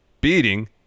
beating